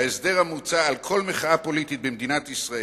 אשר מנסה להחיל את ההסדר המוצע על כל מחאה פוליטית במדינת ישראל.